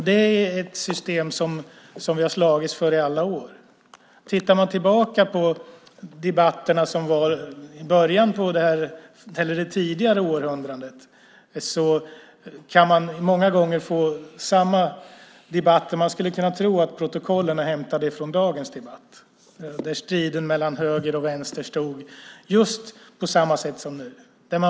Det är ett system som vi har slagits för i alla år. Man kan titta tillbaka på debatterna som var under det tidigare århundradet. Många gånger är det samma debatter. Man skulle kunna tro att protokollen är hämtade från dagens debatt. Striden mellan höger och vänster stod på samma sätt som nu.